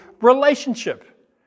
relationship